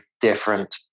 different